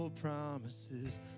Promises